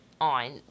on